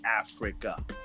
Africa